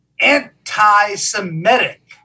anti-Semitic